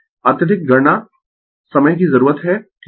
अत्यधिक गणना समय की जरूरत है ठीक है